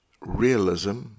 realism